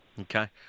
Okay